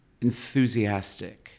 enthusiastic